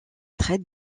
traite